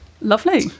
lovely